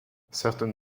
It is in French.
certaines